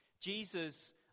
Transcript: Jesus